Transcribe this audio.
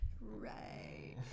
Right